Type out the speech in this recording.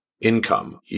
income